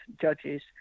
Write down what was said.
judges